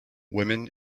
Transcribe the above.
women